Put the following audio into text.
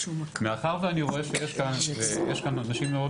מאחר ואני רואה שיש כאן אנשים מאוד